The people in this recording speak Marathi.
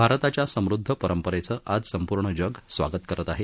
भारताच्या समुदध परंपरेचं आज संपर्ण जग स्वागत करत आहे